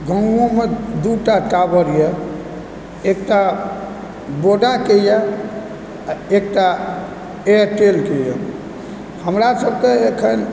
गाँवओमऽ दूटा टॉवरएएकटा वोडाकऽ यऽ आ एकटा एयरटेलकऽ यऽ हमरासभकें अखन